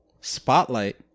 spotlight